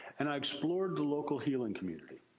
and i explored the local healing community.